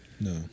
No